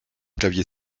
clavier